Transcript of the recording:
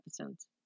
episodes